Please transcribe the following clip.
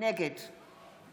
נגד